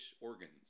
organs